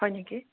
হয় নেকি